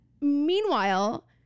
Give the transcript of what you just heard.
meanwhile